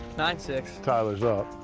nine six. tyler is up.